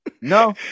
no